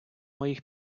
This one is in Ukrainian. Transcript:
моїх